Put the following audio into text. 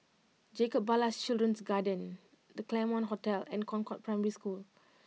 Jacob Ballas Children's Garden The Claremont Hotel and Concord Primary School